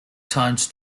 times